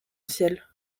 ciel